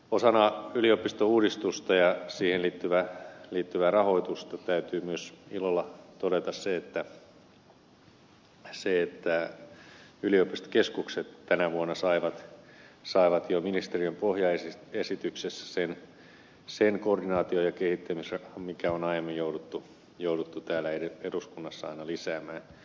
osana yliopistouudistusta ja siihen liittyvää rahoitusta täytyy myös ilolla todeta se että yliopistokeskukset tänä vuonna saivat jo ministeriön pohjaesityksessä sen koordinaatio ja kehittämisrahan mikä on aiemmin jouduttu täällä eduskunnassa aina lisäämään